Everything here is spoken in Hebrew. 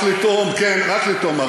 רק לטעום, כן, רק לטעום.